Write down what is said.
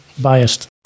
biased